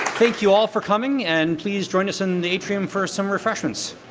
thank you all for coming and please join us in the atrium for some refreshments.